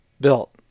built